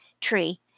tree